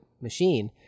machine